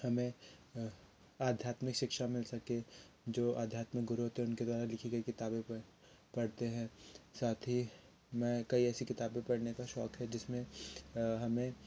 हमें आध्यात्मिक शिक्षा मिल सके जो आध्यात्मिक गुरु होते हैं उनके द्वारा लिखी गई किताबें पढ़ पढ़ते हैं साथ ही मैं कई ऐसी किताबें पढ़ने का शौक है जिसमें हमें